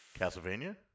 Castlevania